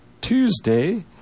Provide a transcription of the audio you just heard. Tuesday